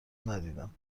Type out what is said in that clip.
ندیدم